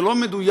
זה לא מדויק,